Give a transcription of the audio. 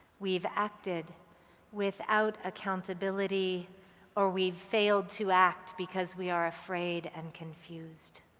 we've acted without accountability or we've failed to act because we are afraid and confused.